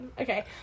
okay